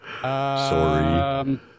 Sorry